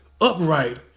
upright